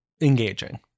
engaging